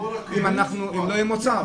אם לא יהיה מוצר.